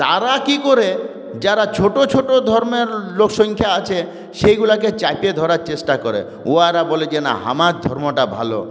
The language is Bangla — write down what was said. তারা কী করে যারা ছোট ছোট ধর্মের লোকসংখ্যা আছে সেইগুলোকে চেপে ধরার চেষ্টা করে ওরা বলে যে না আমার ধর্মটা ভালো